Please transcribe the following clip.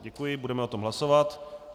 Děkuji, budeme o tom hlasovat.